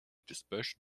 dispersion